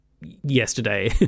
yesterday